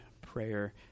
prayer